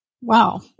Wow